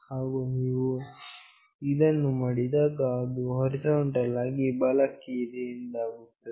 ಹಾಗು ನೀವು ಇದನ್ನು ಮಾಡಿದಾಗ ಅದು ಹೊರಿಜಾಂಟಲ್ ಆಗಿ ಬಲಕ್ಕೆ ಎಂದಾಗುತ್ತದೆ